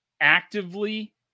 actively